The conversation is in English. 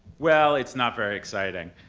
well, it's not very exciting,